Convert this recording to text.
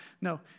No